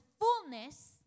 fullness